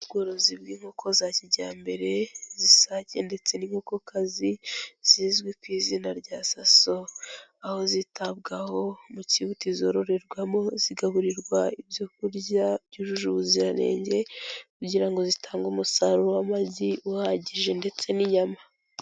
Ubworozi bw'inkoko za kijyambere z'isake ndetse n'inkokokazi zizwi ku izina rya Saso, aho zitabwaho mu kibuti zororerwamo, zigaburirwa ibyo kurya byujuje ubuziranenge kugira ngo zitange umusaruro w'amagi uhagije ndetse n'inyama.